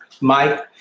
Mike